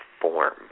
form